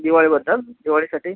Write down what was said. दिवाळीबद्दल दिवाळीसाठी